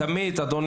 אדוני